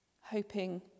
hoping